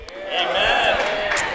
Amen